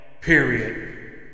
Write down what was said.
period